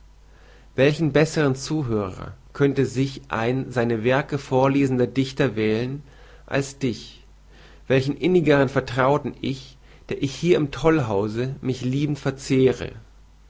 welchen bessern zuhörer könnte sich ein seine werke vorlesender dichter wählen als dich welchen innigern vertrauten ich der ich hier im tollhause mich liebend verzehre